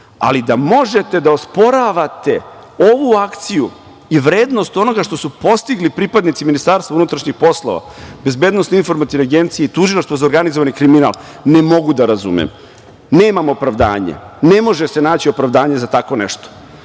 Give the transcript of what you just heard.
ali da možete da osporavate ovu akciju i vrednost onoga što su postigli pripadnici Ministarstva unutrašnjih poslova, BIA i Tužilaštvo za organizovani kriminal ne mogu da razumem, nemam opravdanje. Ne može se naći opravdanje za tako nešto. Naša